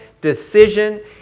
decision